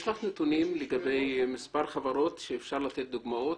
יש לך נתונים לגבי מספר חברות שאפשר לתת דוגמאות?